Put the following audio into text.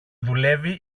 δουλεύει